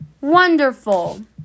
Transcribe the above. wonderful